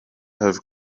have